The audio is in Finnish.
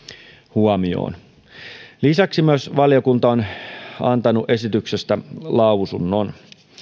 huomioon lisäksi myös lakivaliokunta on antanut esityksestä lausunnon